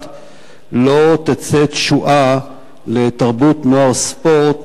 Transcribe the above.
לא תצא תשועה לתרבות נוער וספורט,